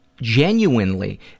genuinely